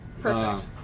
Perfect